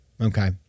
okay